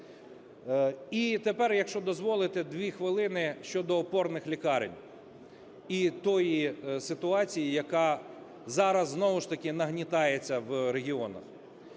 І тепер, якщо дозволите, 2 хвилини щодо опорних лікарень і тієї ситуації, яка зараз знову ж таки нагнітається в регіонах.